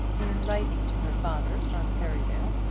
in writing to her father from perivale,